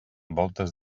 voltes